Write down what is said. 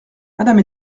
madame